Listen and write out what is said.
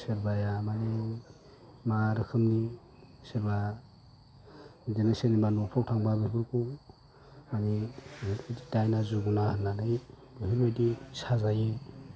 सोरबाया माने मा रोखोमनि सोरबा बिदिनो सोरनिबा न'फ्राव थांबा बेफोरखौ माने दायना जुयना होननानै बेफोरबायदि साजायो